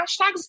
hashtags